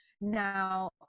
Now